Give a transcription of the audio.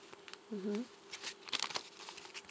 mm